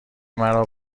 مرا